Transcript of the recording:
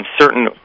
certain